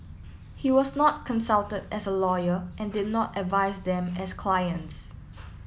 he was not consulted as a lawyer and did not advise them as clients